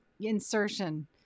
insertion